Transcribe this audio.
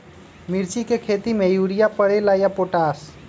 मिर्ची के खेती में यूरिया परेला या पोटाश?